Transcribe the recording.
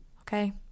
Okay